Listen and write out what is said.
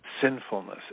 sinfulness